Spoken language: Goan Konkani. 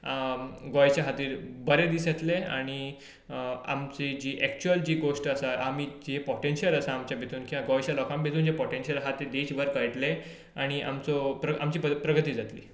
गोंयचे खातीर बरे दीस येतले आनी आमची जी एकचुअल जी गोश्ट आसा आनी जे पोटेंशियल आसा आमचे भितून किंवा गोंयच्या लोकां भितर जें पोटेंशियल आसा तें देशभर कळटलें आनी आमचो आमची प्रगती जातली